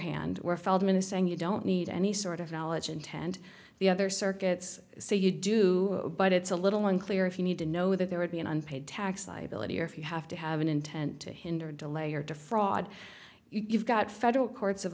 hand where feldman is saying you don't need any sort of knowledge and tend the other circuits say you do but it's a little unclear if you need to know that there would be an unpaid tax liability or if you have to have an intent to hinder or delay or to fraud you've got federal courts of